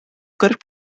correct